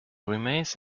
remains